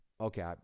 Okay